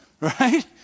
Right